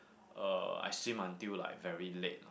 uh I swim until like very late lah